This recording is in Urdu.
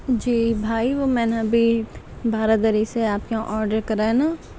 جی بھائی وہ میں نے ابھی بھارہ دری سے آپ کے یہاں آڈر کرا ہے نا